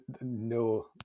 no